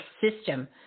system